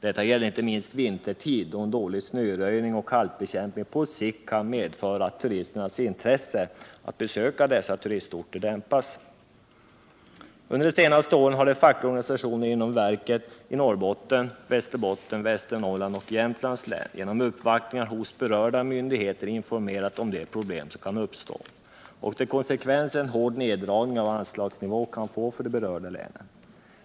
Detta gäller inte minst vintertid, då en dålig snöröjning och halkbekämpning på sikt kan medföra att turisternas intresse att besöka dessa turistorter dämpas. Under de senaste åren har de fackliga organisationerna inom vägverket i Norrbottens, Västerbottens, Västernorrlands och Jämtlands län genom uppvaktningar hos berörda myndigheter informerat om de problem som kan uppstå och de konsekvenser en hård neddragning av anslagsnivån kan få för de berörda länen.